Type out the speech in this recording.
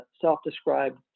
self-described